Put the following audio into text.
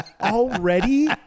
already